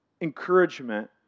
encouragement